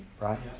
right